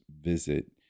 visit